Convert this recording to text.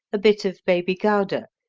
a bit of baby gouda,